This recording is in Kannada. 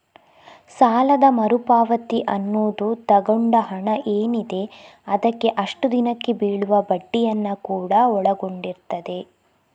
ಸಾಲದ ಮರು ಪಾವತಿ ಅನ್ನುದು ತಗೊಂಡ ಹಣ ಏನಿದೆ ಅದಕ್ಕೆ ಅಷ್ಟು ದಿನಕ್ಕೆ ಬೀಳುವ ಬಡ್ಡಿಯನ್ನ ಕೂಡಾ ಒಳಗೊಂಡಿರ್ತದೆ